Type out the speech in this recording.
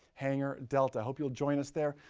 hangar delta. i hope you'll join us there.